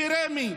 שרמ"י,